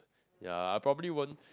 ya I probably won't